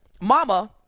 Mama